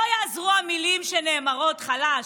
לא יעזרו המילים שנאמרות, חלש.